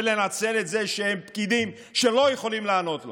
ולנצל את זה שהם פקידים שלא יכולים לענות לו.